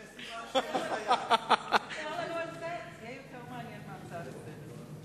ספר לנו על זה, זה יותר מעניין מההצעה לסדר-היום.